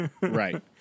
Right